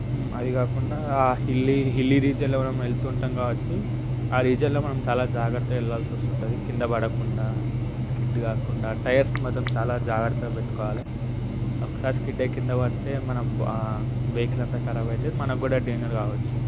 అవి కాకుండా hilly hilly రీజియన్లో మనం వెళ్తుంటాం కాబట్టి ఆ రీజియన్లో మనం చాలా జాగ్రత్తగా వెళ్ళాల్సి వస్తుంటుంది కింద పడకుండా స్కిడ్ కాకుండా టైర్స్ మాత్రం చాలా జాగ్రత్తగా పెట్టుకోవాలి ఒకసారి స్కిడ్ అయ్యి కింద పడితే మనం వెహికల్ అంతా ఖరాబ్ అవుతుంది మనం కూడా డేంజర్ కావచ్చు